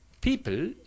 people